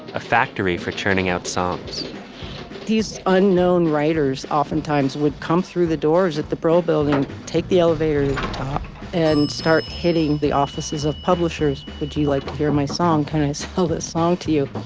a factory for churning out songs these unknown writers oftentimes would come through the doors at the brill building, take the elevator and start hitting the offices of publishers. would you like to hear my song kind of has held this song to you.